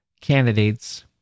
candidates